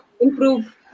improve